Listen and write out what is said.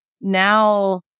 now